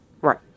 Right